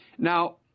Now